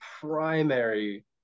primary